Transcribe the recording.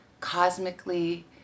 cosmically